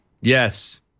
Yes